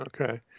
okay